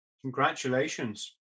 Congratulations